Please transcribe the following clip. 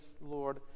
Lord